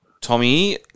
Tommy